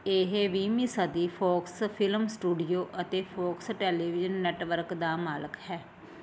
ਇਹ ਵੀਹਵੀਂ ਸਦੀ ਫੌਕਸ ਫਿਲਮ ਸਟੂਡੀਓ ਅਤੇ ਫੌਕਸ ਟੈਲੀਵਿਜ਼ਨ ਨੈੱਟਵਰਕ ਦਾ ਮਾਲਕ ਹੈ